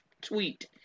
tweet